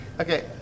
Okay